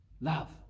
love